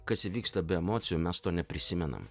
kas įvyksta be emocijų mes to neprisimenam